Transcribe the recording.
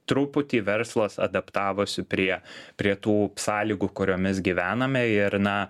truputį verslas adaptavosi prie prie tų sąlygų kuriomis gyvename ir na